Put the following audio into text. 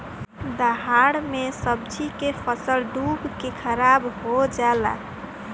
दहाड़ मे सब्जी के फसल डूब के खाराब हो जला